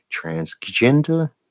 transgender